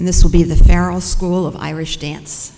and this will be the carol school of irish dance